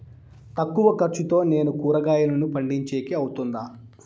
తక్కువ ఖర్చుతో నేను కూరగాయలను పండించేకి అవుతుందా?